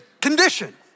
condition